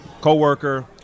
co-worker